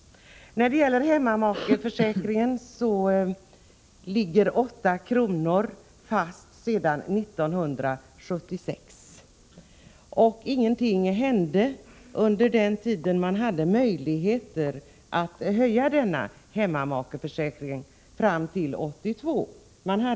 När det gäller hemmamakeförsäkringen, så ligger 8 kr. fast sedan 1976. Ingenting hände under den tid man hade möjligheter att höja denna hemmamakeförsäkring, fram till 1982.